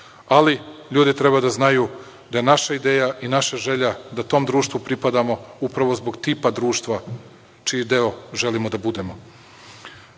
Ali, ljudi treba da znaju da je naša ideja i naša želja da tom društvu pripadamo upravo zbog tipa društva čiji deo želimo da budemo. Spoljnu